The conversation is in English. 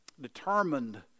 determined